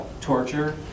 torture